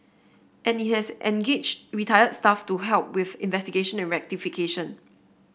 and it has engaged retired staff to help with investigation and rectification